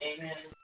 Amen